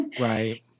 Right